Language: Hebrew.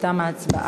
21 בעד,